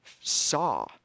saw